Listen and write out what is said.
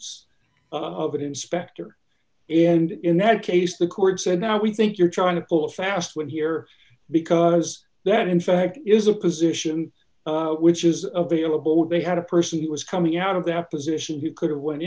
an inspector and in that case the court said now we think you're trying to pull a fast win here because that in fact is a position which is available they had a person he was coming out of that position he could've went